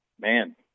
Man